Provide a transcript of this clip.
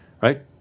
Right